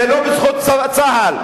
זה לא בזכות צה"ל,